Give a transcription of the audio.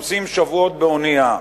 שנוסעים שבועות באונייה.